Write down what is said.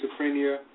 schizophrenia